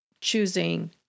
choosing